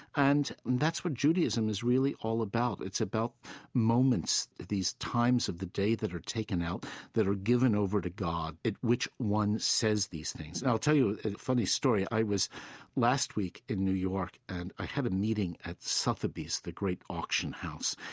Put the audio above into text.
and and that's what judaism is really all about. it's about moments, these times of the day that are taken out that are given over to god in which one says these things and i'll tell you a funny story. i was last week in new york, and i had a meeting at sotheby's, the great auction house.